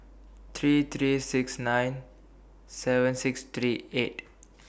three three six nine seven six three eight